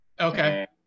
Okay